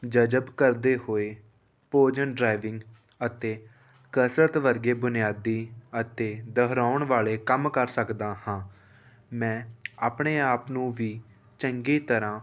ਜਜਬ ਕਰਦੇ ਹੋਏ ਭੋਜਨ ਡਰਾਈਵਿੰਗ ਅਤੇ ਕਸਰਤ ਵਰਗੇ ਬੁਨਿਆਦੀ ਅਤੇ ਦੁਹਰਾਉਣ ਵਾਲੇ ਕੰਮ ਕਰ ਸਕਦਾ ਹਾਂ ਮੈਂ ਆਪਣੇ ਆਪ ਨੂੰ ਵੀ ਚੰਗੀ ਤਰ੍ਹਾਂ